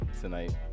tonight